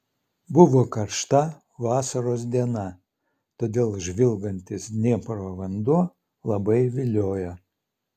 buvo karšta vasaros diena todėl žvilgantis dniepro vanduo labai viliojo